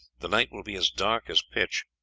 the night will be as dark as pitch,